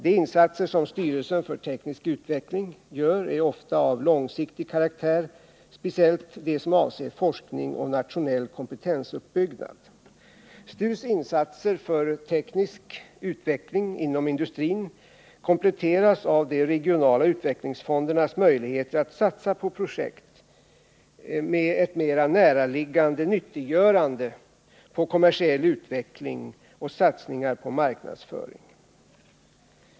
De insatser som styrelsen för teknisk utveckling gör är ofta av långsiktig karaktär, speciellt de som avser forskning och rationell kompetensuppbyggnad. STU:s insatser för teknisk utveckling inom industrin kompletteras av de regionala utvecklingsfondernas möjligheter att satsa på projekt med ett mera näraliggande nyttiggörande, på kommersiell utveckling och satsningar på marknadsföring.